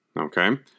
Okay